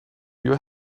your